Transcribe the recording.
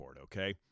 okay